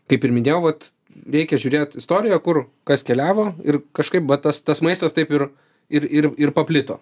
kaip ir minėjau vat reikia žiūrėt istoriją kur kas keliavo ir kažkaip va tas tas maistas taip ir ir ir ir paplito